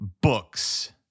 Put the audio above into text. books